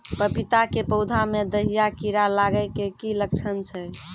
पपीता के पौधा मे दहिया कीड़ा लागे के की लक्छण छै?